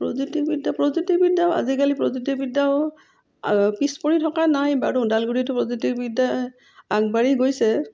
প্ৰযুক্তিবিদ্যা প্ৰযুক্তিবিদ্যাও আজিকালি প্ৰযুক্তিবিদ্যাও পিছপৰি থকা নাই বাৰু ওদালগুৰিতো প্ৰযুক্তিবিদ্যাই আগবাঢ়ি গৈছে